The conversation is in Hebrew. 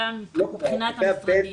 הוא קובע מבחינת המשרדים.